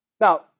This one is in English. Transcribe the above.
Now